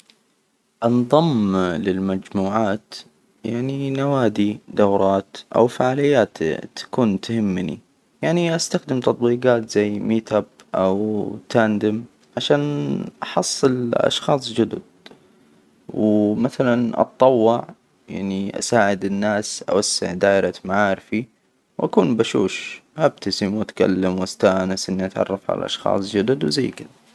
انضم للمجموعات، يعني نوادي، دورات، أو فعاليات تكون تهمني، يعني أستخدم تطبيجات زي ميت أب أو تاندم عشان أحصل أشخاص جدد، و مثلا أتطوع يعني أساعد الناس، أوسع دائرة معارفي، وأكون بشوش، أبتسم وأتكلم وأستأنس إني أتعرف على أشخاص جدد، وزي كده.